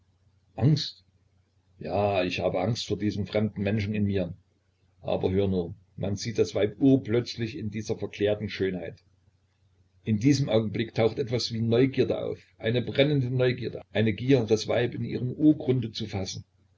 angst ja ich habe angst vor diesem fremden menschen in mir aber hör nur man sieht das weib urplötzlich in dieser verklärten schönheit in diesem augenblick taucht etwas wie neugierde auf eine brennende neugierde eine gier das weib in ihrem urgründe zu fassen